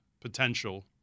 potential